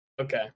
Okay